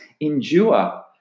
endure